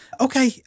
Okay